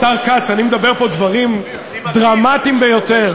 השר כץ, אני מדבר פה דברים דרמטיים ביותר